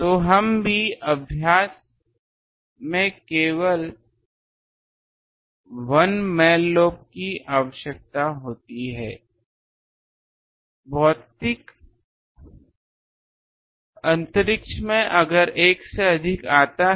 तो हम भी अभ्यास में केवल 1 मैन लोब की आवश्यकता होती है भौतिक अंतरिक्ष में अगर 1 से अधिक आता है